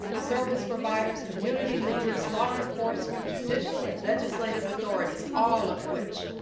service providers, community leaders, law enforcement, judicial and legislative authorities, all of which,